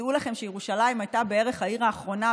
דעו לכם שירושלים הייתה בערך העיר האחרונה,